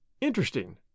Interesting